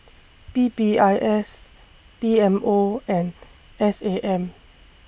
P P I S P M O and S A M